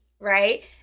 Right